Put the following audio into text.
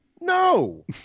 No